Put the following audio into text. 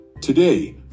Today